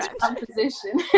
composition